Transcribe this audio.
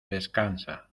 descansa